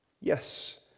Yes